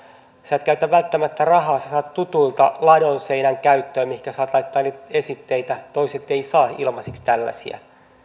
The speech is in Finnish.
sinä et käytä välttämättä rahaa vaan saat tutuilta käyttöön ladonseinän mihinkä saat laittaa esitteitä toiset eivät saa ilmaiseksi tällaisia